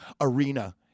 arena